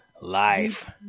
life